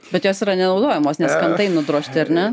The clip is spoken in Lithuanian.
bet jos yra nenaudojamos nes kantai nudrožti ar ne